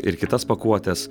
ir kitas pakuotes